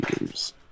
years